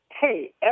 hey